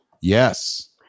Yes